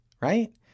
right